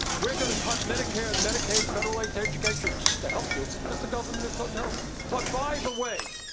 we're going to cut medicare and medicaid, federal aid to education to help you, because the government is so terrible. but, by the way,